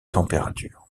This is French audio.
température